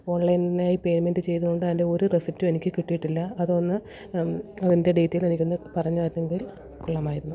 ഓൺലൈനായി പേയ്മെന്റ് ചെയ്തതുകൊണ്ട് അതിന്റെ ഒരു റെസീപ്റ്റും എനിക്ക് കിട്ടിയിട്ടില്ല അതൊന്ന് അതിന്റെ ഡീറ്റെയിൽ എനിക്കൊന്ന് പറഞ്ഞിരുന്നെങ്കിൽ കൊള്ളാമായിരുന്നു